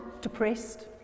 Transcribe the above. depressed